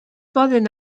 poden